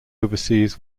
overseas